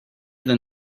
than